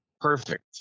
perfect